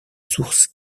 sources